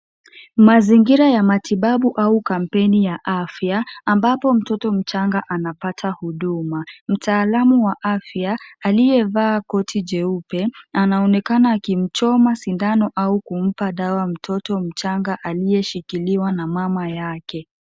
Mazingira ya matibabu au kampeni ya afya, ambapo mtoto mchanga anapata huduma. Mtaalamu wa afya, aliyevaa koti jeupe anaonekana akimchoma sindano au kumpa dawa mtoto mchanga aliyeshikiliwa na mama yake.